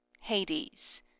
hades